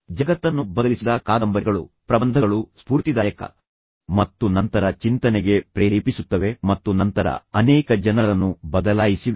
ಜಗತ್ತನ್ನು ಬದಲಿಸಿದ ಕಾದಂಬರಿಗಳು ಪ್ರಬಂಧಗಳು ಸ್ಫೂರ್ತಿದಾಯಕ ಮತ್ತು ನಂತರ ಚಿಂತನೆಗೆ ಪ್ರೇರೇಪಿಸುತ್ತವೆ ಮತ್ತು ನಂತರ ಅನೇಕ ಜನರನ್ನು ಬದಲಾಯಿಸಿವೆ